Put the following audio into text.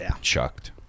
chucked